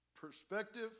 Perspective